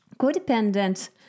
codependent